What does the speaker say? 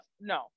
no